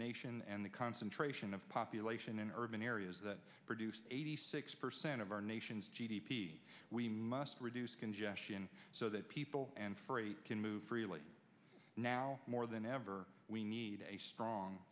nation and the concentration of population in urban areas that produce eighty six per cent of our nation's g d p we must reduce congestion so that people and freight can move freely now more than ever we need a strong